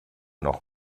noch